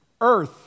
earth